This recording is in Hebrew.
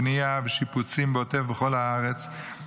בנייה ושיפוצים בעוטף ובכל הארץ,